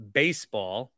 baseball